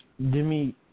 Demi